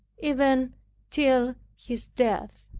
even till his death.